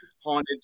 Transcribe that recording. haunted